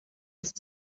ist